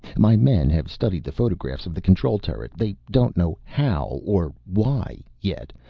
my men have studied the photographs of the control turret. they don't know how or why, yet.